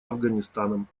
афганистаном